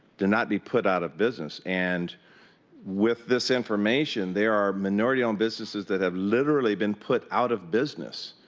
to not be put out of business, and with this information, there are minority owned businesses that have literally been put out of business,